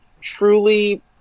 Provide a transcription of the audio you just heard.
truly